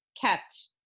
kept